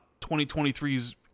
2023's